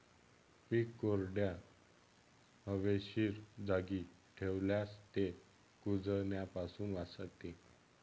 पीक कोरड्या, हवेशीर जागी ठेवल्यास ते कुजण्यापासून वाचते